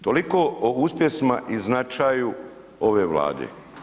Toliko o uspjesima i značaju ove Vlade.